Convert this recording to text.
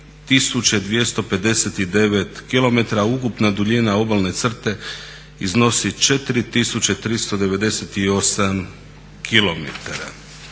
3259 km, a ukupna duljina obalne crte iznosi 4398 km.